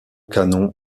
canons